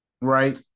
Right